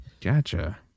Gotcha